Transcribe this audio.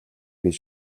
гэж